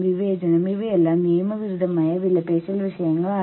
അതിനാൽ ഇത് സംഘടനയുടെ ഭാഗമാകുന്നത് പോലെയാണ്